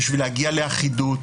בשביל להגיע לאחידות,